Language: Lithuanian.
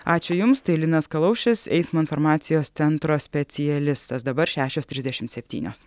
ačiū jums tai linas kalaušis eismo informacijos centro specialistas dabar šešios trisdešimt septynios